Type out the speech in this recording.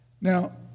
Now